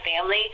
family